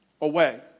away